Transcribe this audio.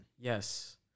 Yes